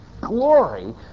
glory